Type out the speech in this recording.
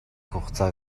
хугацаа